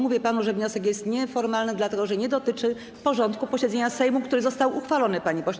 Mówię panu, że wniosek jest nieformalny, dlatego że nie dotyczy porządku dziennego posiedzenia Sejmu, który został uchwalony, panie pośle.